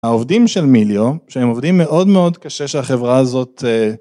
העובדים של מיליו שהם עובדים מאוד מאוד קשה שהחברה הזאת.